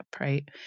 right